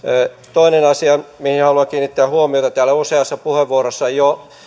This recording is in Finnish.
toinen asia mihin haluan kiinnittää huomiota kun täällä useassa puheenvuorossa on jo